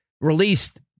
released